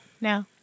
No